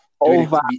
over